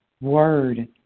word